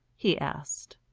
he asked.